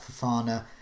Fafana